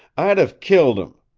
i'd hev killed him!